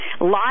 live